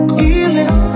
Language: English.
healing